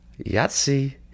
yahtzee